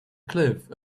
cliff